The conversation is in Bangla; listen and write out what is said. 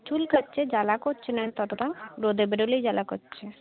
চুলকাচ্ছে জ্বালা করছে না ততটা রোদে বেরোলেই জ্বালা করছে